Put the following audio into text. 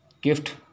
gift